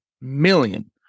million